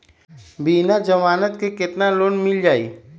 बिना जमानत के केतना लोन मिल जाइ?